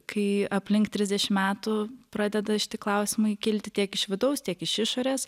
kai aplink trisdešim metų pradeda šiti klausimai kilti tiek iš vidaus tiek iš išorės